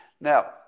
Now